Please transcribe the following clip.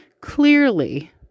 clearly